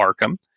Arkham